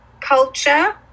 culture